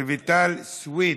רויטל סוִיד,